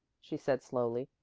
she said slowly,